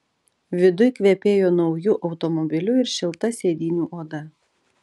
viduj kvepėjo nauju automobiliu ir šilta sėdynių oda